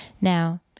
Now